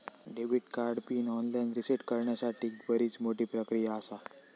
debit card pin online reset करण्यासाठीक बरीच मोठी प्रक्रिया आसा